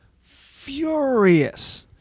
furious